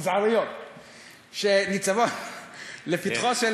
המזעריות שניצבות לפתחו,